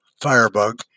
firebug